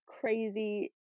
crazy